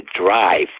drive